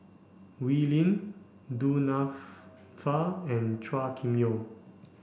Wee Lin Du and Chua Kim Yeow